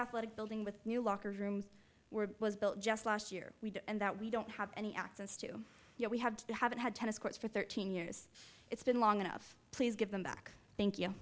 athletic building with new locker rooms were was built just last year we did and that we don't have any access to you know we have to haven't had tennis courts for thirteen years it's been long enough please give them back thank y